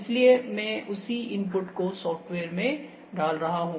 इसलिए मैं उसी इनपुट को सॉफ्टवेयर में डाल रहा हूं